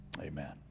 Amen